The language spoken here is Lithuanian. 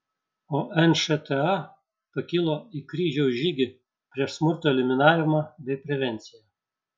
o nšta pakilo į kryžiaus žygį prieš smurto eliminavimą bei prevenciją